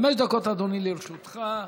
חמש דקות, אדוני, לרשותך.